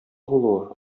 булуы